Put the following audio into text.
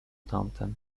tamten